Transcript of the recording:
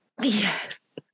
Yes